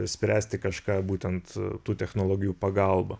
spręsti kažką būtent tų technologijų pagalba